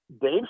Dave